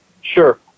Sure